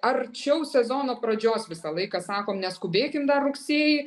arčiau sezono pradžios visą laiką sakom neskubėkim dar rugsėjį